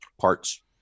parts